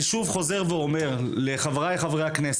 אני שוב חוזר ואומר לחבריי חברי הכנסת,